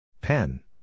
Pen